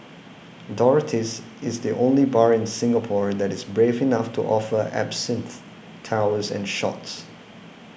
Dorothy's is the only bar in Singapore that is brave enough to offer Absinthe towers and shots